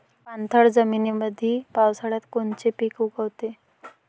पाणथळ जमीनीमंदी पावसाळ्यात कोनचे पिक उगवते?